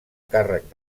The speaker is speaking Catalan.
càrrec